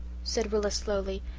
said rilla slowly.